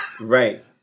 Right